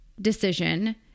decision